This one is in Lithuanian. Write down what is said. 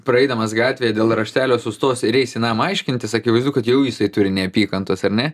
praeidamas gatvėje dėl raštelio sustos ir eis į namą aiškintis akivaizdu kad jau jisai turi neapykantos ar ne